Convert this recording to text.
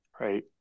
Right